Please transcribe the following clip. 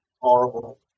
horrible